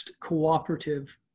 cooperative